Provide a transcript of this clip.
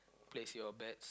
place your bets